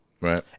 Right